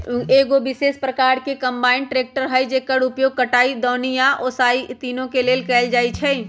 एगो विशेष प्रकार के कंबाइन ट्रेकटर हइ जेकर उपयोग कटाई, दौनी आ ओसाबे इ तिनों के लेल कएल जाइ छइ